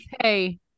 Hey